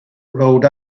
rolled